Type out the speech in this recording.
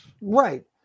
right